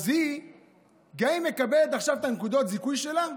אז גם אם היא מקבלת עכשיו את נקודות הזיכוי שלה,